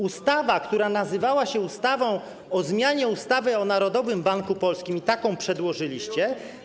Ustawa, która nazywała się: ustawa o zmianie ustawy o Narodowym Banku Polskim, i taką przedłożyliście.